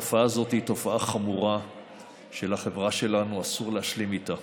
התופעה הזאת היא תופעה חמורה שלחברה שלנו אסור להשלים איתה,